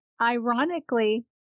Ironically